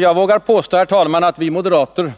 Jag vågar påstå, herr talman, att vi moderater